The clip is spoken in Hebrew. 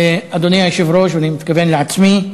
אדוני היושב-ראש, ואני מתכוון לעצמי,